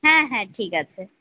হ্যাঁ হ্যাঁ ঠিক আছে